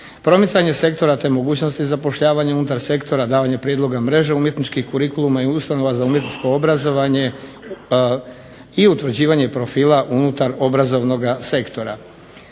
promicanje sektora te mogućnosti zapošljavanja unutar sektora, davanje prijedloga mreže umjetničkih kurikuluma i ustanova za umjetničko obrazovanje i utvrđivanje profila unutar obrazovnoga sektora.